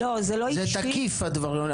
זה תקיף הדברים האלה,